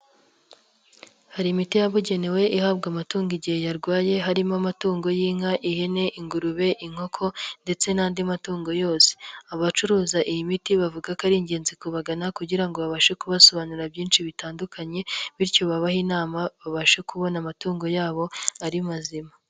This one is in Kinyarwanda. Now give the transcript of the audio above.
Hari imiti yabugenewe ihabwa amatungo igihe yarwaye harimo: amatungo y'inka, ihene, ingurube, inkoko ndetse n'andi matungo yose, abacuruza iyi miti bavuga ko ari ingenzi kubagana kugira ngo babashe kubasobanurira byinshi bitandukanye bityo babahe inama babashe kubona amatungo yabo ari mazima.